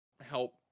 help